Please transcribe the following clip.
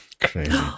crazy